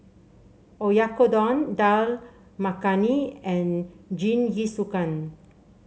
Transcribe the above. Oyakodon Dal Makhani and Jingisukan